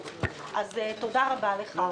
אז תודה רבה לך.